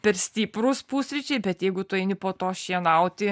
per stiprūs pusryčiai bet jeigu tu eini po to šienauti